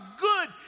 good